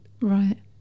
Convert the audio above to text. Right